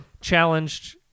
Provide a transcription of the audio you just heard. challenged